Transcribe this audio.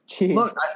Look